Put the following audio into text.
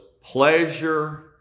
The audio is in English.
pleasure